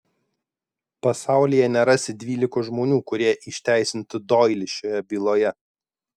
pasaulyje nerasi dvylikos žmonių kurie išteisintų doilį šioje byloje